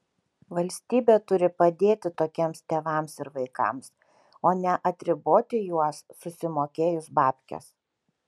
valstybė turi padėti tokiems tėvams ir vaikams o ne atriboti juos susimokėjus babkes